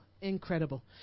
incredible